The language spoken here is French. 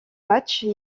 matches